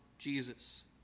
jesus